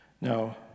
Now